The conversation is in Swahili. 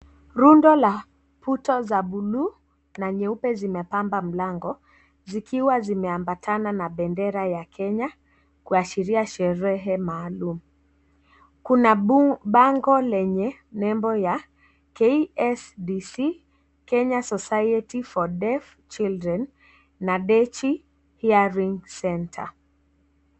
Rundo la kuta za buluu na nyeupe zinapamba mlango zikiwa zimeambatana na bendera ya Kenya; kuashiria sherehe maalum. Kuna bango lenye nembo ya KSDC- Kenya Society for Deaf Children na Dechi Hearing Centre .